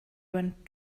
went